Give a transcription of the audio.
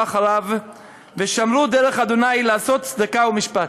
אחריו ושמרו דרך ה' לעשות צדקה ומשפט".